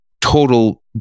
total